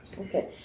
Okay